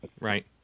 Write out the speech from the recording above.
Right